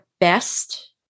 best